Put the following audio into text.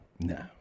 No